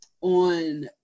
on